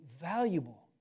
valuable